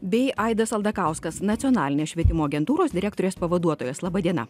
bei aidas aldakauskas nacionalinės švietimo agentūros direktorės pavaduotojas laba diena